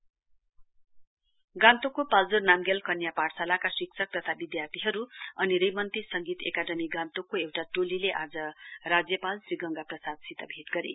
governor गान्तोकको पाल्जोर नाम्गेल कन्या पाठशालाका शिक्षक तथा विधार्थीहरु अनि रेमन्ती सङ्गीत एकाडमी गान्तोकको एउटा टोलीले आज राज्यपाल श्री गंगा प्रसादसित भेट गरे